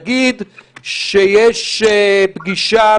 נגיד שיש פגישה,